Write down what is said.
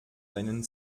deinen